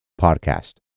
podcast